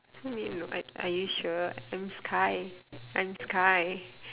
mean are are you sure I'm sky I'm sky